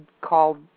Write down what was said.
called